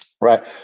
right